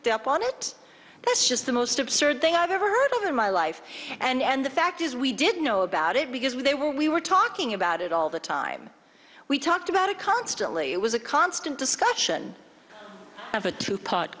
up on it that's just the most absurd thing i've ever heard of in my life and the fact is we didn't know about it because when they were we were talking about it all the time we talked about it constantly it was a constant discussion i've a two part